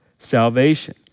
salvation